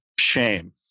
shame